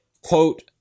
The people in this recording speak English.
quote